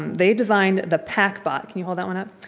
they designed the pacbot, can you hold that one up,